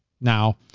now